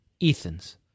Ethan's